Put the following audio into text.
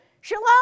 shalom